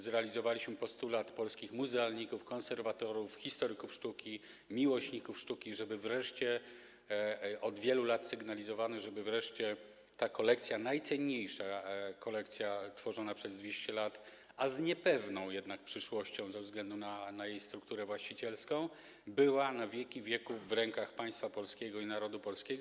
Zrealizowaliśmy postulat polskich muzealników, konserwatorów, historyków sztuki, miłośników sztuki, od wielu lat sygnalizowany, żeby wreszcie ta najcenniejsza kolekcja tworzona przez 200 lat, a z niepewną jednak przyszłością ze względu na jej strukturę właścicielską, była na wieki wieków w rękach państwa polskiego i narodu polskiego.